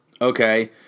okay